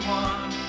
one